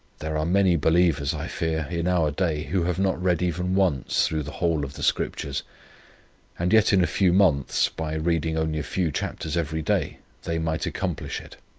there are many believers, i fear, in our day, who have not read even once through the whole of the scriptures and yet in a few months, by reading only a few chapters every day they might accomplish it.